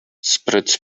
spreads